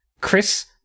Chris